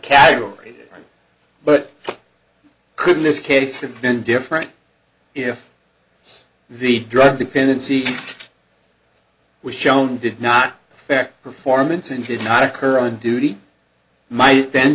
category but couldn't this case have been different if the drug dependency was shown did not affect performance and did not occur on duty might then